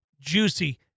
juicy